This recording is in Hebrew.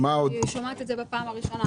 אני שומעת את זה בפעם הראשונה.